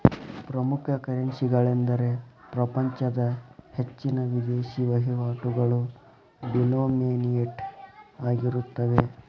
ಪ್ರಮುಖ ಕರೆನ್ಸಿಗಳೆಂದರೆ ಪ್ರಪಂಚದ ಹೆಚ್ಚಿನ ವಿದೇಶಿ ವಹಿವಾಟುಗಳು ಡಿನೋಮಿನೇಟ್ ಆಗಿರುತ್ತವೆ